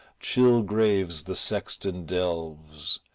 chill graves the sexton delves,